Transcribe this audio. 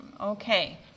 Okay